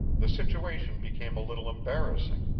the situation became a little embarrassing.